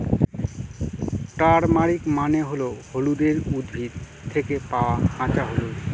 turmeric মানে হল হলুদের উদ্ভিদ থেকে পাওয়া কাঁচা হলুদ